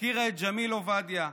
והכירה את ג'מיל עובדיה.